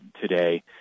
today